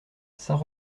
saint